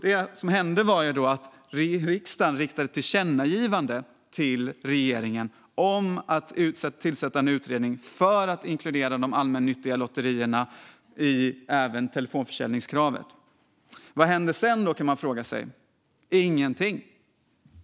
Det som hände var att riksdagen riktade ett tillkännagivande till regeringen om att tillsätta en utredning för att inkludera telefonförsäljningskravet även för de allmännyttiga lotterierna. Man kan fråga sig vad som hände sedan. Det hände ingenting.